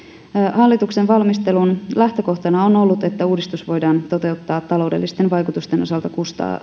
hallituksen valmistelun lähtökohtana on ollut että uudistus voidaan toteuttaa taloudellisten vaikutusten osalta